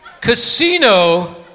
Casino